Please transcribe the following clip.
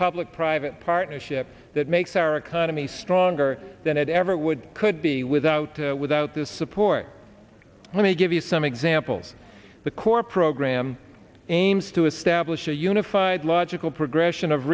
public private partnership that makes our economy stronger than it ever would could be without without the support let me give you some examples the core program aims to establish a unified logical progression of